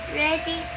ready